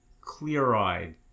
clear-eyed